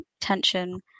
tension